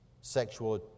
sexual